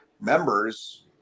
members